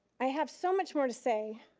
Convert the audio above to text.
i have so much more to say,